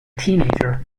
teenager